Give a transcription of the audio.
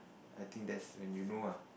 I think that's when you know ah